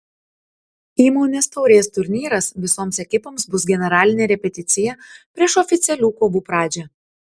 įmonės taurės turnyras visoms ekipoms bus generalinė repeticija prieš oficialių kovų pradžią